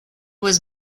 was